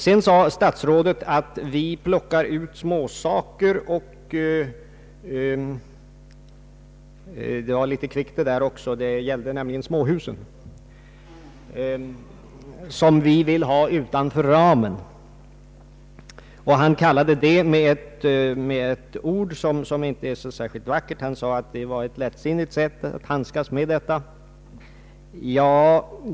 Sedan sade statsrådet, att vi plockar ut småsaker — detta var en liten kvickhet eftersom det gällde småhusen — som vi vill ha utanför ramen. Han använde ett ord som inte är så särskilt vackert och sade att det var ett lättsinningt sätt att handskas med problemet.